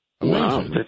Wow